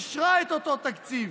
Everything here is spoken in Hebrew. כשהיא אישרה את אותו תקציב.